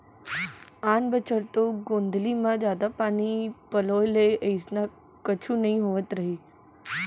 आन बछर तो गोंदली म जादा पानी पलोय ले अइसना कुछु नइ होवत रहिस